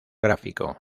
gráfico